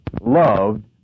loved